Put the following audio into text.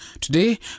Today